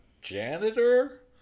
janitor